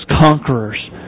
conquerors